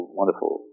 wonderful